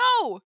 no